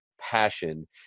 passion